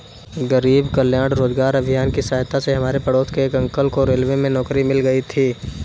गरीब कल्याण रोजगार अभियान की सहायता से हमारे पड़ोस के एक अंकल को रेलवे में नौकरी मिल गई थी